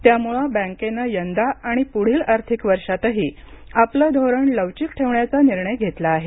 त्यामुळे बँकैनं यंदा आणि पुढील आर्थिक वर्षातही आपलं धोरण लवचिक ठेवण्याचा निर्णय घेतला आहे